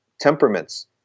temperaments